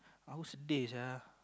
aku sedih sia